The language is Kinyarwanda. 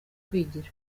kwigira